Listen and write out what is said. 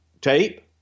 tape